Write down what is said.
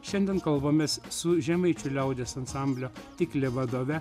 šiandien kalbamės su žemaičių liaudies ansamblio tiklė vadove